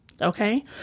Okay